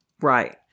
Right